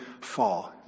Fall